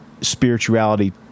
spirituality